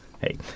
Hey